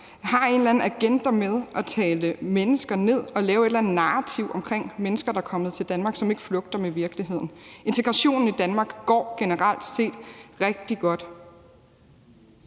har en eller anden agenda med at tale mennesker ned og lave et eller andet narrativ omkring mennesker, der er kommet til Danmark, som ikke flugter med virkeligheden. Integrationen i Danmark går generelt set rigtig godt,